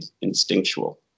instinctual